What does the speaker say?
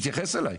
תתייחס אלי.